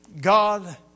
God